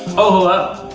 oh, hello,